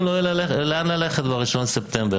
לא יהיה להם לאן ללכת ב-1 בספטמבר.